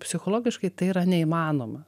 psichologiškai tai yra neįmanoma